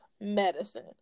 medicine